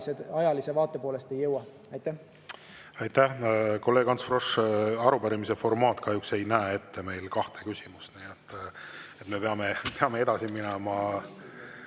ajalise vaate poolest ei jõua. Aitäh! Kolleeg Ants Frosch, arupärimise formaat kahjuks ei näe ette meil kahte küsimust, nii et me peame edasi minema.